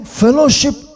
fellowship